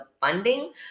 funding